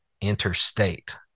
interstate